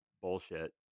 bullshit